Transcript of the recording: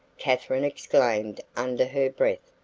katharine exclaimed under her breath.